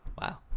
wow